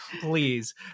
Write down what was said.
Please